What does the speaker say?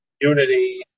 unity